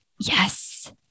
yes